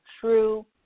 true